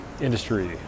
industry